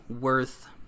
worth